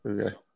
Okay